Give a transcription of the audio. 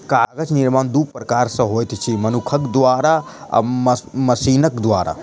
कागज निर्माण दू प्रकार सॅ होइत अछि, मनुखक द्वारा आ मशीनक द्वारा